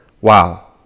Wow